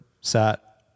sat